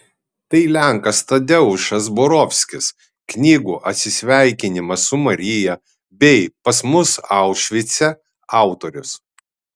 tai lenkas tadeušas borovskis knygų atsisveikinimas su marija bei pas mus aušvice autorius